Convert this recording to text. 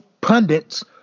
pundits